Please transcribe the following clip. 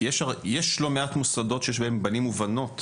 יש לא מעט מוסדות שיש בהם בנים ובנות,